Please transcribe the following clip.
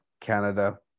Canada